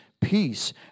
Peace